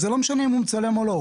זה לא משנה אם הוא מצלם או לא,